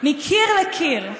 מקיר לקיר,